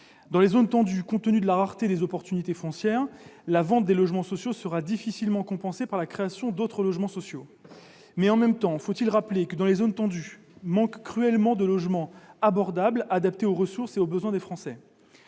Dans les zones tendues, compte tenu de la rareté des possibilités foncières, la vente de logements sociaux sera difficilement compensée par la création d'autres logements sociaux. En même temps, faut-il rappeler que les zones tendues manquent cruellement de logements abordables adaptés aux ressources et aux besoins des Français ?